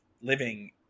living